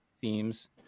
themes